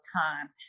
time